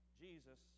Jesus